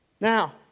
Now